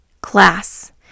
class